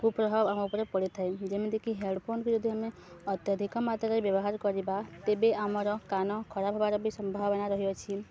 କୁପ୍ରଭାବ ଆମ ଉପରେ ପଡ଼ିଥାଏ ଯେମିତିକି ହେଡ଼୍ଫୋନ୍ ବି ଯଦି ଆମେ ଅତ୍ୟଧିକ ମାତ୍ରାରେ ବ୍ୟବହାର କରିବା ତେବେ ଆମର କାନ ଖରାପ ହେବାର ବି ସମ୍ଭାବନା ରହିଅଛି